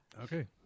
Okay